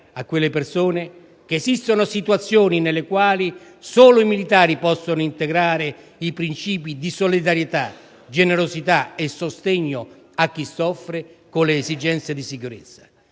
a quelle persone che esistono situazioni nelle quali solo la componente militare può integrare i principi di solidarietà, generosità e sostegno di chi soffre con le esigenze di sicurezza